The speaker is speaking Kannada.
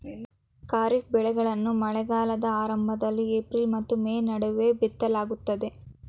ಖಾರಿಫ್ ಬೆಳೆಗಳನ್ನು ಮಳೆಗಾಲದ ಆರಂಭದಲ್ಲಿ ಏಪ್ರಿಲ್ ಮತ್ತು ಮೇ ನಡುವೆ ಬಿತ್ತಲಾಗುತ್ತದೆ